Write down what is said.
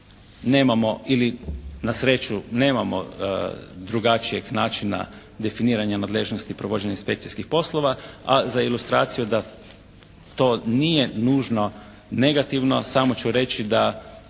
nemamo ili na sreću nemamo drugačijeg načina definiranja nadležnosti provođenja inspekcijskih poslova, a za ilustraciju da to nije nužno negativno samo ću reći da